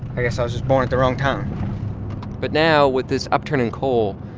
i guess i was just born at the wrong time but now with this upturn in coal,